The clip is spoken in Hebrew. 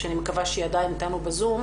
שאני מקווה שהיא עדיין אתנו בזום,